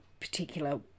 particular